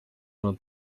hano